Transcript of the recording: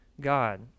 God